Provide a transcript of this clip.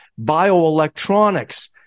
bioelectronics